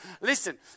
Listen